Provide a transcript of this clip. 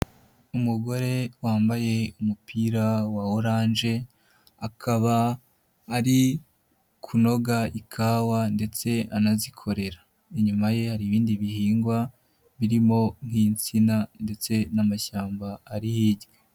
Umugore wambaye umupira wa oranje akaba ari kunoga ikawa ndetse anazikorera, inyuma ye hari ibindi bihingwa birimo nk'insina ndetse n'amashyamba ari hirya.